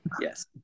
Yes